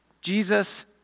Jesus